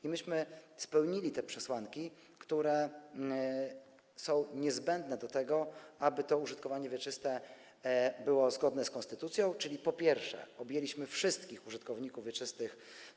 I my spełniliśmy te przesłanki, które są niezbędne do tego, aby to użytkowanie wieczyste było zgodne z konstytucją, czyli, po pierwsze, objęliśmy regulacją wszystkich użytkowników wieczystych.